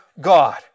God